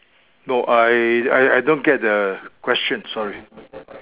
no I I I don't get the question sorry